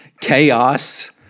chaos